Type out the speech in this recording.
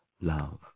love